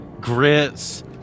grits